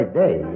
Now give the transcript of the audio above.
day